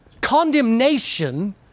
Condemnation